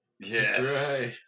yes